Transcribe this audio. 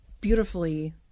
beautifully